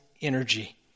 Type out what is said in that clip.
energy